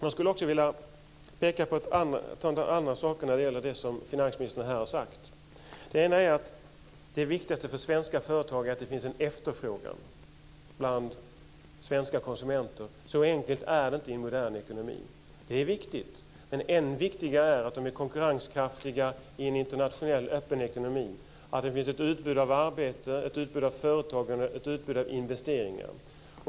Jag skulle också vilja peka på några andra saker när det gäller det som finansministern har sagt. Ett uttalande är att det viktigaste för svenska företag är att det finns en efterfrågan bland svenska konsumenter. Så enkelt är det inte i en modern ekonomi. Det är viktigt, men än viktigare är att de är konkurrenskraftiga i en internationell öppen ekonomi, att det finns ett utbud av arbete, ett utbud av företagande, ett utbud av investeringar.